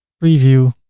preview.